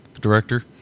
director